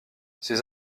ces